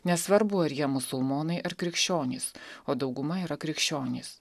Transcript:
nesvarbu ar jie musulmonai ar krikščionys o dauguma yra krikščionys